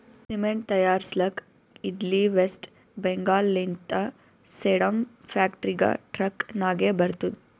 cement ತೈಯಾರ್ಸ್ಲಕ್ ಇದ್ಲಿ ವೆಸ್ಟ್ ಬೆಂಗಾಲ್ ಲಿಂತ ಸೇಡಂ ಫ್ಯಾಕ್ಟರಿಗ ಟ್ರಕ್ ನಾಗೆ ಬರ್ತುದ್